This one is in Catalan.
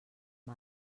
mar